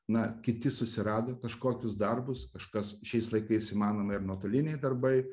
na kiti susirado kažkokius darbus kažkas šiais laikais įmanoma ir nuotoliniai darbai